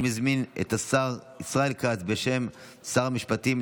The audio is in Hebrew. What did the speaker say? אני מזמין את השר ישראל כץ להציג את הצעת החוק בשם שר המשפטים.